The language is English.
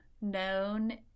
known